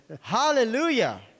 Hallelujah